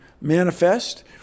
manifest